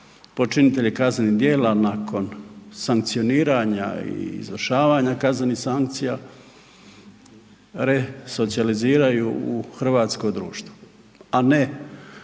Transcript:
počinitelji kaznenih djela nakon sankcioniranja i izvršavanja kaznenih sankcija resocijaliziraju u hrvatsko društvo, a ne